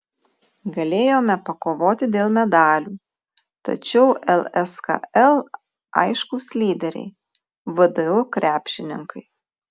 galėjome pakovoti dėl medalių tačiau lskl aiškūs lyderiai vdu krepšininkai